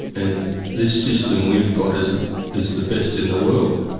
and this system we've got is is the best in the world.